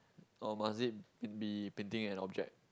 oh must it be painting an object